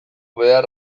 behar